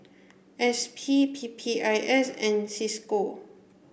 S P P P I S and Cisco